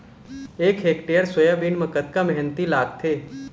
एक hectare soybean म कतक मेहनती लागथे?